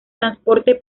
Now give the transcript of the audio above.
transporte